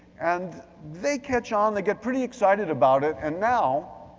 and they catch on, they get pretty excited about it, and now,